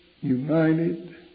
united